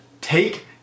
take